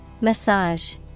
Massage